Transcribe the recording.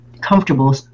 comfortable